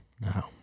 No